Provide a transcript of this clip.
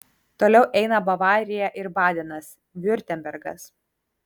toliau eina bavarija ir badenas viurtembergas